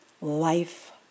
life